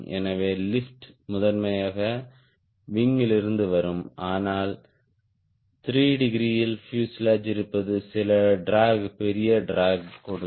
எனவே லிப்ட் முதன்மையாக விங் லிருந்து வரும் ஆனால் 3 டிகிரியில் பியூசேலாஜ் இருப்பது சில ட்ராக் பெரிய ட்ராக் கொடுக்கும்